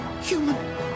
Human